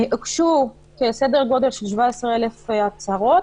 הוגשו כ-17,000 הצהרות.